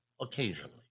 occasionally